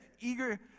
eager